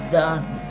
done